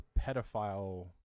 pedophile